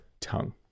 tongue